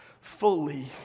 fully